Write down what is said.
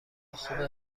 خوبه